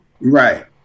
Right